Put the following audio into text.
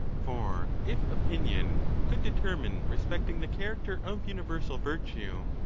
for if opinion could determine respecting the character of universal virtue,